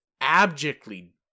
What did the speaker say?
abjectly